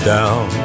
down